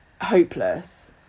hopeless